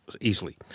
easily